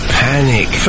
panic